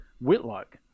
Whitlock